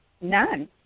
None